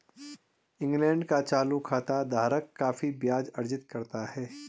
England का चालू खाता धारक काफी ब्याज अर्जित करता है